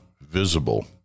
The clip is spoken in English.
visible